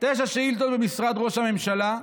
תשע שאילתות למשרד ראש הממשלה,